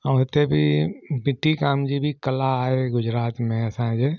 ऐं हिते बि डीटीकाम जी बि कला आहे गुजरात में असांजे